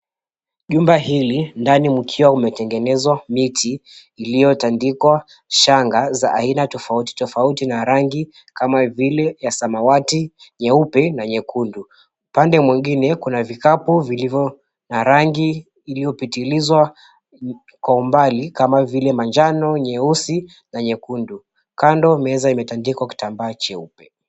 Jumba hili ndani mkiwa mmetengenezwa miti iliyotandikwa shanga za aina tofauti tofauti na rangi kama vile ya samawati, nyeupe na nyekundu. Pande mwingine kuna vikapu vilivyo na rangi iliyopitilizwa kwa umbali kama vile manjano, nyeusi na nyekundu. Kando meza imetandikwa kitambaa cheupe.